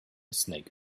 snake